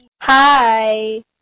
Hi